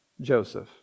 Joseph